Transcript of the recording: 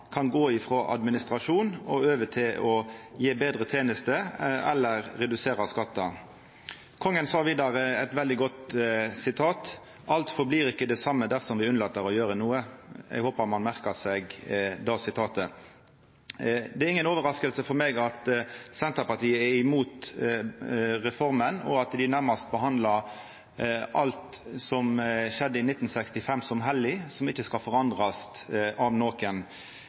kan gå frå administrasjon og over til å gje betre tenester eller redusera skattar. Kongen sa vidare – eit veldig godt sitat: «Alt forblir ikke det samme dersom vi unnlater å gjøre noe.» Eg håpar ein merkar seg det sitatet. Det er inga overrasking for meg at Senterpartiet er imot reforma, og at dei nærmast behandlar alt som skjedde i 1965, som heilag, som ikkje skal forandrast av nokon.